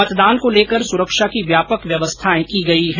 मतदान को लेकर सुरक्षा की व्यापक व्यवस्था की गई है